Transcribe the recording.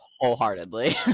wholeheartedly